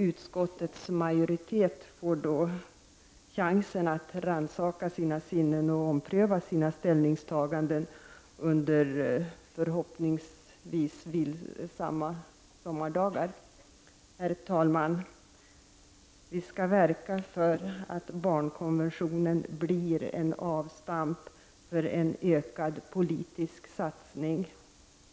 Utskottets majoritet får nu chans att rannsaka sina sinnen och ompröva sina ställningstaganden under förhoppningsvis vilsamma sommardagar. Herr talman! Vi skall verka för att barnkonventionen blir en avstamp för en ökad politisk satsning